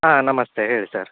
ಆಂ ನಮಸ್ತೆ ಹೇಳಿ ಸರ್